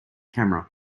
camera